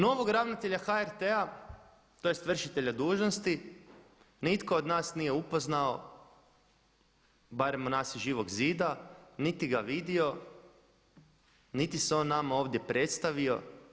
Novog ravnatelja HRT-a tj. vršitelja dužnosti, nitko od nas nije upoznao, barem od nas iz Živog zida, niti ga vidio, niti se nama ovdje predstavio.